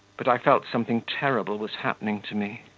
but i felt something terrible was happening to me.